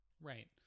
Right